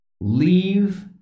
leave